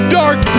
dark